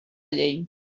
llei